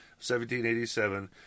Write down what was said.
1787